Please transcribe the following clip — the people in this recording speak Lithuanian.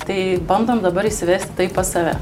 tai bandom dabar įsivesti tai pas save